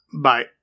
Bye